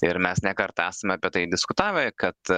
ir mes ne kartą esame apie tai diskutavę kad